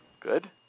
good